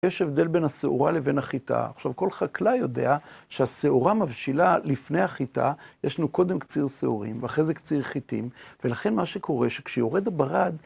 יש הבדל בין השעורה לבין החיטה. עכשיו, כל חקלאי יודע שהשעורה מבשילה לפני החיטה, יש לנו קודם קציר שעורים, ואחרי זה קציר חיטים, ולכן מה שקורה שכשיורד הברד,